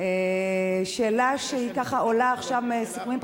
שאלה שעולה עכשיו מסיכומים,